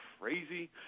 crazy